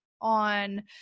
on